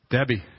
Debbie